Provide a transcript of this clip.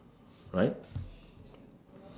right